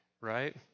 right